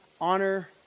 honor